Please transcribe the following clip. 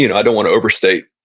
you know i don't want to overstate,